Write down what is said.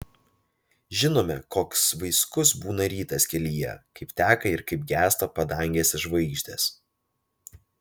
žinome koks vaiskus būna rytas kelyje kaip teka ir kaip gęsta padangėse žvaigždės